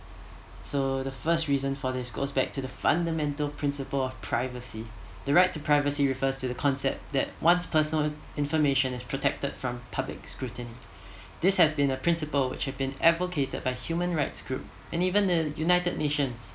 so the first reason for this goes back to the fundamental principle of privacy the right to privacy refers to concept that one's personal in~ information is protected from public's scrutiny this has been a principle which have been advocated by human rights group and even the united nations